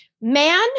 man